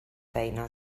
feina